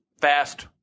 fast